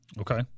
Okay